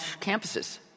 campuses